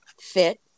fit